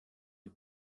die